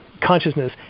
consciousness